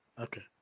Okay